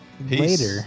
later